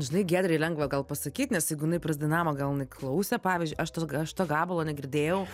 žinai giedrei lengva gal pasakyt nes jeigu jinai prasdainavo gal jinai klausė pavyzdžiui aš to g aš to gabalo negirdėjau